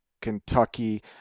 kentucky